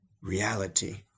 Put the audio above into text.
Reality